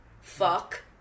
Fuck